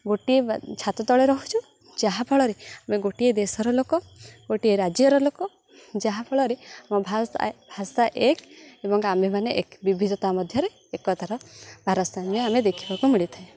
ଗୋଟିଏ ଛାତ ତଳେ ରହୁଛୁ ଯାହାଫଳରେ ଆମେ ଗୋଟିଏ ଦେଶର ଲୋକ ଗୋଟିଏ ରାଜ୍ୟର ଲୋକ ଯାହାଫଳରେ ଆମ ଭ ଭାଷା ଏକ ଏବଂ ଆମେମାନେ ଏକ ବିବିଧତା ମଧ୍ୟରେ ଏକତାର ଭାରସାମ୍ୟ ଆମେ ଦେଖିବାକୁ ମିଳିଥାଏ